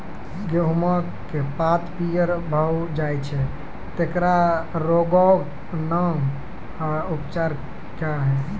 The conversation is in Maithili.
गेहूँमक पात पीअर भअ जायत छै, तेकरा रोगऽक नाम आ उपचार क्या है?